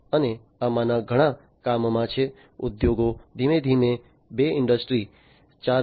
અને આમાંના ઘણા કામમાં છે ઉદ્યોગો ધીમે ધીમે બે ઇન્ડસ્ટ્રી 4